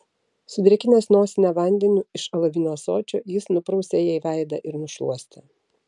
sudrėkinęs nosinę vandeniu iš alavinio ąsočio jis nuprausė jai veidą ir nušluostė